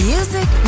Music